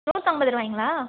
நூற்றிம்பதுரூபாய்ங்ளா